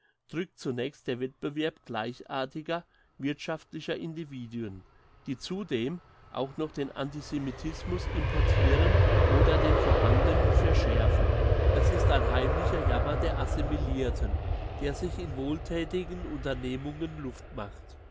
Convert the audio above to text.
drückt zunächst der wettbewerb gleichartiger wirthschaftlicher individuen die zudem auch noch den antisemitismus importiren oder den vorhandenen verschärfen es ist ein heimlicher jammer der assimilirten der sich in wohlthätigen unternehmungen luft macht